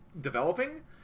developing